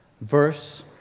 verse